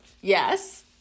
Yes